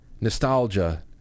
nostalgia